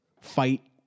fight